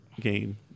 game